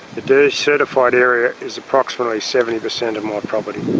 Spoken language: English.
the decertified area is approximately seventy percent of my property.